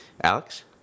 Alex